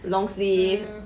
long sleeve